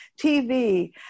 TV